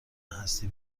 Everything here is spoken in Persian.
هستی